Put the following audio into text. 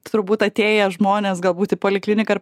turbūt atėję žmonės galbūt į polikliniką